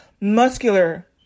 muscular